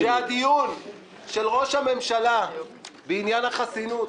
שהדיון של ראש הממשלה בעניין החסינות,